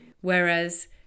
Whereas